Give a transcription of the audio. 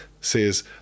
says